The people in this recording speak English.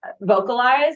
vocalize